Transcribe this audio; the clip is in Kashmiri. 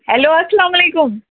ہیٚلو اَسلامُ علیکُم